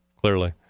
clearly